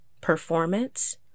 performance